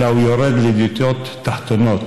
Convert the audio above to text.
אלא הוא יורד לדיוטות תחתונות.